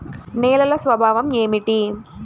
నేలల స్వభావం ఏమిటీ?